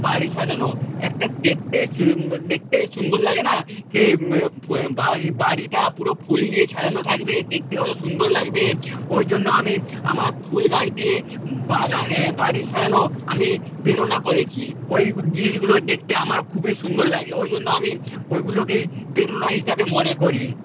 বাড়ি সাজানো একটা দেখতে দেখতে সুন্দর লাগে না বাড়িটা পুরো ফুল দিয়ে সাজানো থাকবে দেখতে কতো সুন্দর লাগবে ওই জন্য আমি আমার ফুল গাছ দিয়ে বাগান বাড়ি সাজানো আমি প্রেরণা করেছি ওই জিনিসগুলো দেখতে আমার খুবই সুন্দর লাগে ওই জন্য আমি ওইগুলোকেই প্রেরণা হিসাবে মনে করি